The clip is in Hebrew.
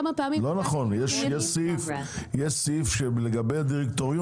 כי נאמר כאן כמה פעמים --- יש סעיף לגבי הדירקטוריון,